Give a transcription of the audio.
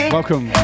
Welcome